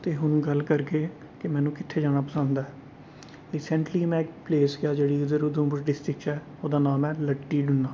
ते हून गल्ल करगे कि मैने कित्थे जाना पसंद ऐ रिसेंटली में इक प्लेस गेआ जेह्ड़ी उधमपुर उधमपुर डिस्ट्रिक्ट च ऐ ओह्दा नाम ऐ लाट्टी धूना